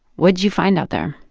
what'd you find out there?